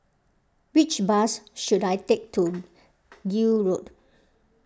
which bus should I take to Gul Road